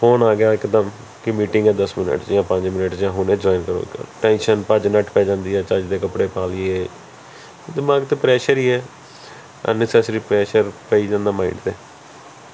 phone ਆ ਗਿਆ ਇਕਦਮ ਕਿ ਮੀਟਿੰਗ ਦਸ ਮਿੰਟ 'ਚ ਜਾਂ ਪੰਜ ਮਿੰਟ 'ਚ ਜਾਂ ਹੁਣੇ ਜੁਆਇਨ ਕਰੋ ਟੈਂਸ਼ਨ ਭੱਜ ਨੱਠ ਪੈ ਜਾਂਦੀ ਹੈ ਚੱਜ ਦੇ ਕੱਪੜੇ ਪਾ ਲਈਏ ਦਿਮਾਗ 'ਤੇ ਪ੍ਰੈਸ਼ਰ ਹੀ ਹੈ ਅਨਨਿਸੈਸਰੀ ਪ੍ਰੈਸ਼ਰ ਪਈ ਜਾਂਦਾ ਮਾਈਡ 'ਤੇ